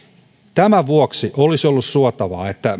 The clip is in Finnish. tämän vuoksi olisi ollut suotavaa että